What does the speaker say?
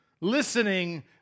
listening